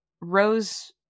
Rose